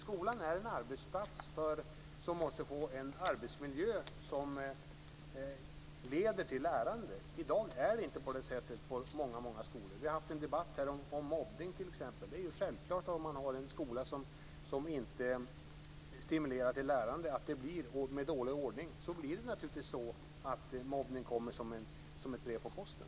Skolan är en arbetsplats där man måste få en arbetsmiljö som leder till lärande. I dag är det på väldigt många skolor inte på det sättet. Vi har här i kammaren debatterat mobbning t.ex. Om man har en skola som inte stimulerar till lärande och där det är en dålig ordning kommer mobbning naturligtvis som ett brev på posten.